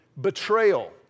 betrayal